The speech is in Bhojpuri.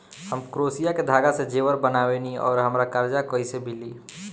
हम क्रोशिया के धागा से जेवर बनावेनी और हमरा कर्जा कइसे मिली?